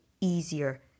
easier